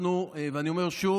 אנחנו לא מצביעים בעד.